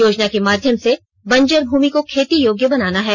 योजना के माध्यम से बंजर भूमि को खेती योग्य बनाना है